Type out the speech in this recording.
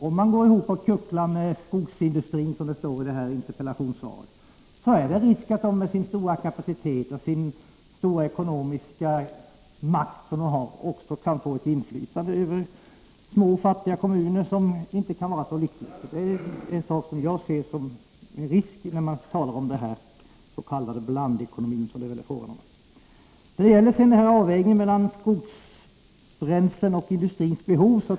Om man går ihop och kucklar med skogsindustrin, som det står i interpellationssvaret, är det risk för att industrin med sin stora kapacitet och den ekonomiska makt som den har Nr 14 också kan få ett inflytande över små och fattiga kommuner. Det är något som Måndagen den jag ser som en risk när man talar om denna s.k. blandekonomi, som det väl 24 oktober 1983 är fråga om.